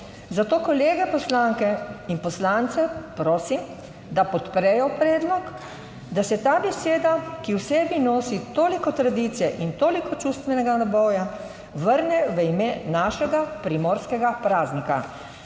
zato kolege poslanke in poslance prosim, da podprejo predlog, da se ta beseda, ki v sebi nosi toliko tradicije in toliko čustvenega naboja, vrne v ime našega primorskega praznika.